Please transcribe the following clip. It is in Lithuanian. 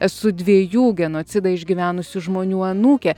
esu dviejų genocidą išgyvenusių žmonių anūkė